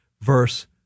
verse